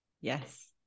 Yes